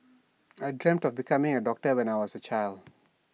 I dreamt of becoming A doctor when I was A child